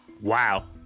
Wow